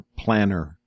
planner